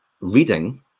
reading